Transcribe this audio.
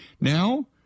Now